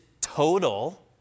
total